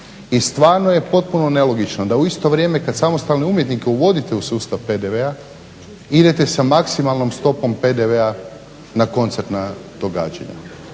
I stvarno je potpuno nelogično da u isto vrijeme kada samostalne umjetnike uvodite u sustav PDV-a, idete sa maksimalnom stopom PDV-a na koncertna događanja.